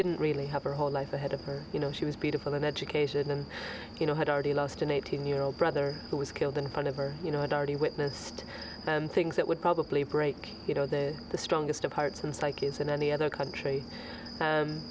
didn't really have her whole life ahead of her you know she was beautiful in education and you know had already lost an eighteen year old brother who was killed in front of or you know had already witnessed things that would probably break you know the the strongest of hearts and psyches in any other country